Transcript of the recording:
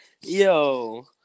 Yo